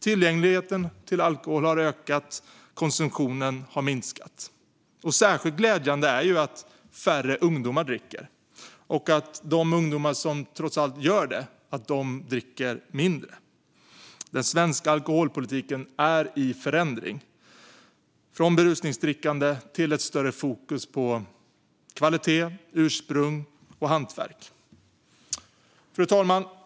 Tillgängligheten till alkohol har ökat, konsumtionen har minskat. Särskilt glädjande är det att färre ungdomar dricker och att de ungdomar som trots allt gör det dricker mindre. Den svenska alkoholpolitiken är i förändring, från berusningsdrickande till ett större fokus på kvalitet, ursprung och hantverk. Fru talman!